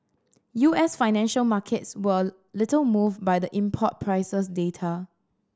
U S financial markets were little moved by the import prices data